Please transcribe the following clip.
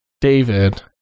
David